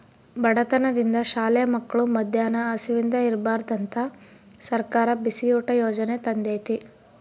ಬಡತನದಿಂದ ಶಾಲೆ ಮಕ್ಳು ಮದ್ಯಾನ ಹಸಿವಿಂದ ಇರ್ಬಾರ್ದಂತ ಸರ್ಕಾರ ಬಿಸಿಯೂಟ ಯಾಜನೆ ತಂದೇತಿ